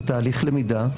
זה תהליך למידה.